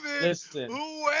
Listen